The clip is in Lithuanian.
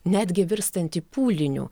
netgi virstantį pūliniu